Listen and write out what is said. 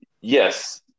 yes